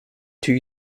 two